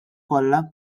kollha